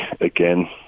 again